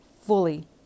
fully